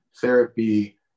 therapy